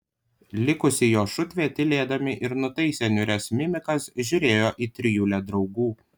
likusi jo šutvė tylėdami ir nutaisę niūrias mimikas žiūrėjo į trijulę draugų